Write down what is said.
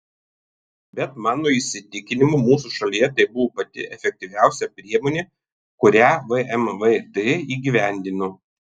bet mano įsitikinimu mūsų šalyje tai buvo pati efektyviausia priemonė kurią vmvt įgyvendino